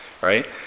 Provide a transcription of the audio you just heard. right